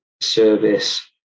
service